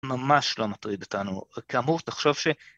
ממש לא מטריד אותנו, כאמור תחשוב ש...